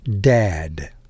Dad